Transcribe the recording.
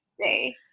day